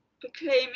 proclaiming